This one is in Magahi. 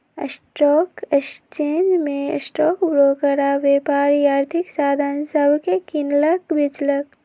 स्टॉक एक्सचेंज में स्टॉक ब्रोकर आऽ व्यापारी आर्थिक साधन सभके किनलक बेचलक